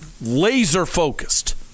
laser-focused